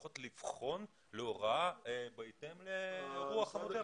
לפחות לבחון להוראה בהתאם לרוח המודרנית?